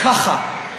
ככה.